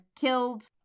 killed